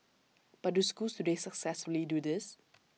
but do schools today successfully do this